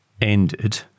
ended